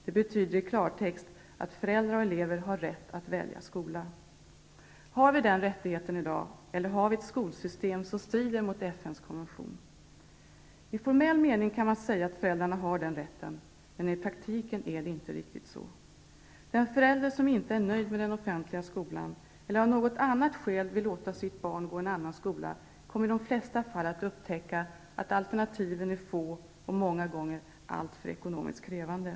Det betyder i klartext att föräldrar och elever har rätt att välja skola. Har vi den rättigheten i dag, eller har vi ett skolsystem som strider mot FN:s konvention? I formell mening kan man säga att föräldrarna har den rätten, men i praktiken är det inte riktigt så. Den förälder som inte är nöjd med den offentliga skolan eller som av något annat skäl vill låta sitt barn gå i en annan skola, kommer i de flesta fall att upptäcka att alternativen är få och många gånger alltför ekonomiskt krävande.